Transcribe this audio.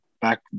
back